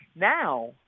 now